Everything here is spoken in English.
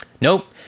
Nope